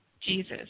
Jesus